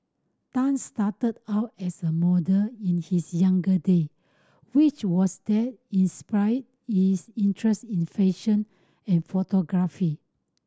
tan started out as a model in his younger day which was what inspired his interest in fashion and photography